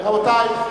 רבותי,